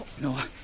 No